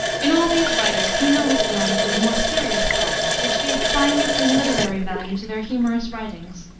in all these writers humor was blent with more serious qualities, which gave fineness and literary value to their humorous writings.